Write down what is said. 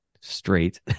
straight